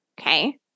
okay